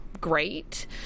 great